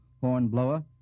Hornblower